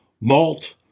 malt